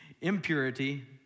impurity